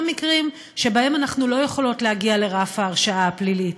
מקרים שבהם אנחנו לא יכולות להגיע לרף ההרשעה הפלילית,